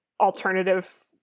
alternative